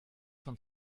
von